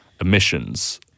emissions